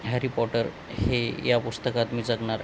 Harry Potter हे या पुस्तकात मी जगणार